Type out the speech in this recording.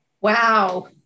Wow